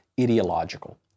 ideological